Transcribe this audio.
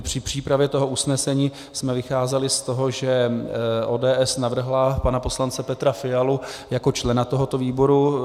Při přípravě usnesení jsme vycházeli z toho, že ODS navrhla pana poslance Petra Fialu jako člena tohoto výboru.